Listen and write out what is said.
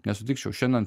nesutikčiau šiandien